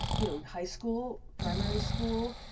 you know, high school, primary school,